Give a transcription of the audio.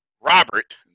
Robert